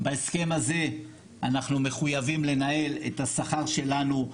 בהסכם הזה אנחנו מחויבים לנהל את השכר שלנו.